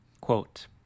Quote